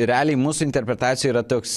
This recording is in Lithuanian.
realiai mūsų interpretacija yra toks